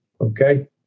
okay